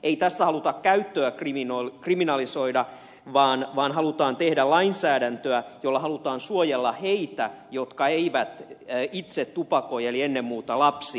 ei tässä haluta käyttöä kriminalisoida vaan halutaan tehdä lainsäädäntöä jolla halutaan suojella heitä jotka eivät itse tupakoi eli ennen muuta lapsia